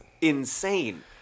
insane